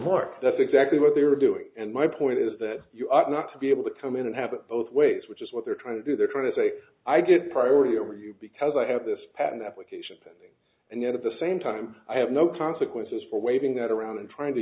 mark that's exactly what they were doing and my point is that you ought not to be able to come in and have it both ways which is what they're trying to do they're trying to say i get priority over you because i have this patent application pending and yet at the same time i have no consequences for waving that around and trying to